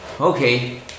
Okay